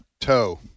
toe